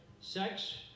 sex